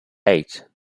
eight